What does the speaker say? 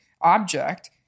object